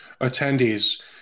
attendees